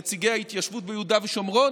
נציגי ההתיישבות ביהודה ושומרון,